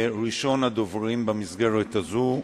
ראשון הדוברים במסגרת הזאת,